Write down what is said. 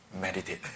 meditate